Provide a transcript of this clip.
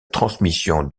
transmission